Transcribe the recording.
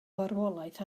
farwolaeth